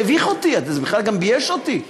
זה הביך אותי, זה בכלל גם בייש אותי.